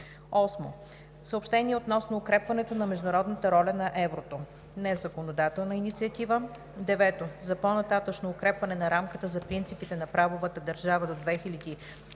8. Съобщение относно укрепването на международната роля на еврото (незаконодателна инициатива). 9. По-нататъшно укрепване на рамката за принципите на правовата държава за 2014